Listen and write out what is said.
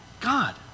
God